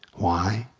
why?